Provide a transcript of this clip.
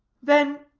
then,